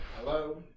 Hello